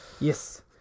Yes